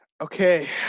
Okay